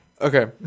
Okay